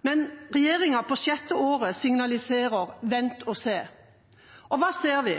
men regjeringa signaliserer på sjette året: Vent og se. Og hva ser vi?